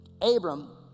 Abram